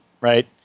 right